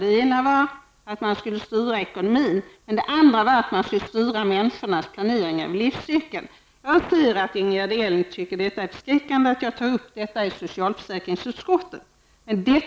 Det ena var att man skulle styra ekonomin, och det andra var att man skulle styra människors planering av livscykeln. Jag ser att Ingegerd Elm tycker att det är förskräckande att jag tar upp detta när vi diskuterar socialförsäkringsutskottets betänkande.